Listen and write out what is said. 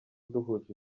duhuje